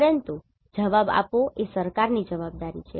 પરંતુ જવાબ આપવો એ સરકારની જવાબદારી છે